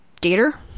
gator